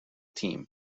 team